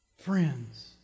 Friends